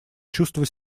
чувство